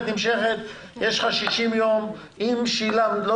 אומרת שעבירה נמשכת זה כאשר יש לך 60 ימים לשלם את הקנס.